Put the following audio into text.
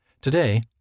Today